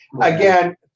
Again